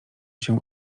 się